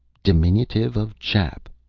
diminutive of chap.